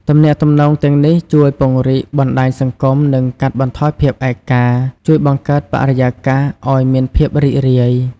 ទំនាក់ទំនងទាំងនេះជួយពង្រីកបណ្ដាញសង្គម និងកាត់បន្ថយភាពឯកា ជួយបង្កើតបរិយាកាសអោយមានភាពរីករាយ ។